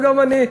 וגם אני,